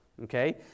Okay